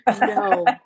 no